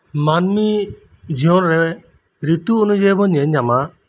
ᱢᱟᱱᱢᱤ ᱡᱤᱭᱚᱱ ᱨᱮ ᱨᱤᱛᱩ ᱚᱱᱩᱡᱟᱭᱤ ᱵᱚᱱ ᱧᱮᱞ ᱧᱟᱢᱟ